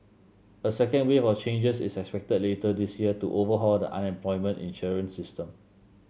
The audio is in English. a second wave of changes is expected later this year to overhaul the unemployment insurance system